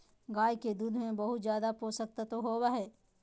गाय के दूध में बहुत ज़्यादे पोषक तत्व होबई हई